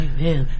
Amen